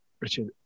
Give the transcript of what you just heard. Richard